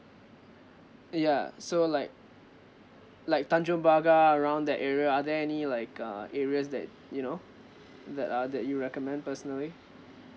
ya so like like tanjong pagar around that area are there any like uh areas that you know that uh that you recommend personally